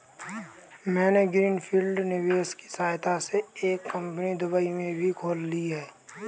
मैंने green field निवेश की सहायता से एक कंपनी दुबई में भी खोल ली है